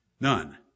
None